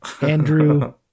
Andrew